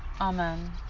Amen